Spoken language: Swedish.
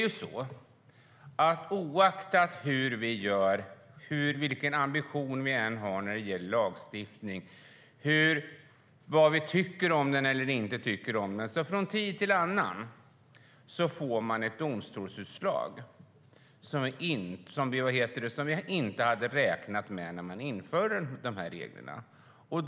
Oavsett vilken ambition vi än har när det gäller lagstiftning och vad vi tycker om den eller inte tycker om den får man från tid till annan ett domstolsutslag som vi inte hade räknat med när reglerna infördes.